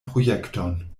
projekton